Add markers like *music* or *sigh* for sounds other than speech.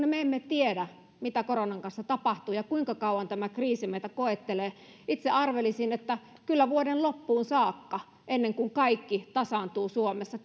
*unintelligible* me emme tiedä mitä koronan kanssa tapahtuu ja kuinka kauan tämä kriisi meitä koettelee itse kyllä arvelisin että menee vuoden loppuun saakka ennen kuin kaikki tasaantuu suomessa *unintelligible*